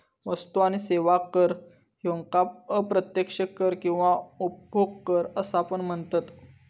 वस्तू आणि सेवा कर ह्येका अप्रत्यक्ष कर किंवा उपभोग कर असा पण म्हनतत